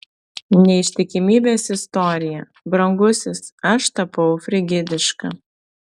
neištikimybės istorija brangusis aš tapau frigidiška